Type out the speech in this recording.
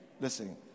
listen